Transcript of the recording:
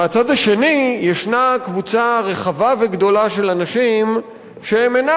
מהצד השני יש קבוצה רחבה וגדולה של אנשים שאינם